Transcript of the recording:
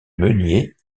meunier